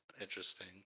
interesting